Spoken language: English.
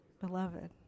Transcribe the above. Beloved